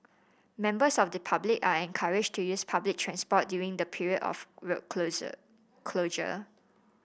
members of the public are encouraged to use public transport during the period of road closure closure